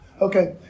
Okay